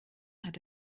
hat